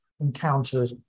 encountered